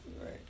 right